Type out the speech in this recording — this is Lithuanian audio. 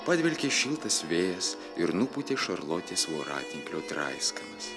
padvelkė šiltas vėjas ir nupūtė šarlotės voratinklio draiskanas